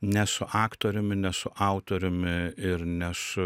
ne su aktoriumi ne su autoriumi ir ne su